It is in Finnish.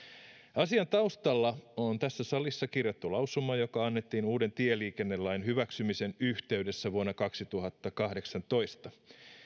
asian taustalla on tässä salissa kirjattu lausuma joka annettiin uuden tieliikennelain hyväksymisen yhteydessä vuonna kaksituhattakahdeksantoista